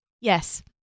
Yes